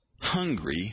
Hungry